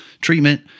treatment